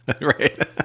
Right